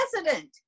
President